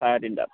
চাৰে তিনিটাত